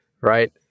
Right